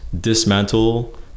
dismantle